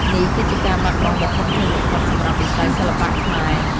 នេះគឺជាការបាត់បង់ដ៏ធំធេងបំផុតសម្រាប់វិស័យសិល្បៈខ្មែរ។